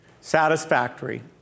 satisfactory